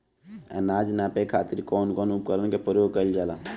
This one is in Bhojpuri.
अनाज नापे खातीर कउन कउन उपकरण के प्रयोग कइल जाला?